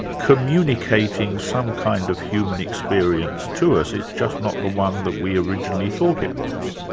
communicating some kind of human experience to us, it's just not the one that we originally thought it was.